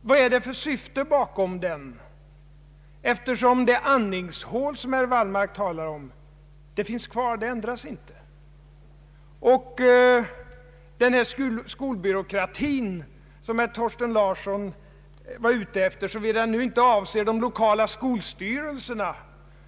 Vad är det för syfte bakom den? Det andningshål som herr Wallmark talade om finns ju kvar. Och den skolbyråkrati som herr Thorsten Larsson var ute efter — såvida han inte avsåg de lokala skolstyrelserna,